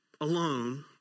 alone